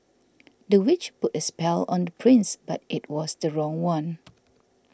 the witch put a spell on the prince but it was the wrong one